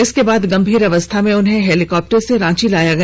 इसके बाद गंभीर अवस्था में उन्हें हेलीकॉप्टर से रांची लाया गया